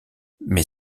mais